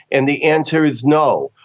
and the answer is no.